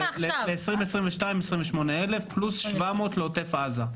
ל-2022 28,000 פלוס 700 לעוטף עזה.